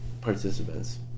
participants